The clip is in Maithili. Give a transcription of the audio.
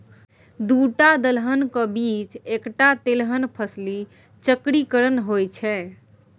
दूटा दलहनक बीच एकटा तेलहन फसली चक्रीकरण होए छै